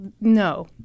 no